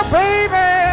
baby